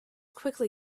quickly